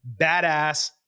badass